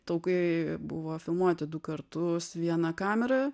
taukai buvo filmuoti du kartus viena kamera